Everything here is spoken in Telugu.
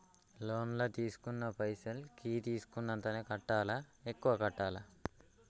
లోన్ లా తీస్కున్న పైసల్ కి తీస్కున్నంతనే కట్టాలా? ఎక్కువ కట్టాలా?